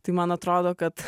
tai man atrodo kad